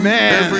Man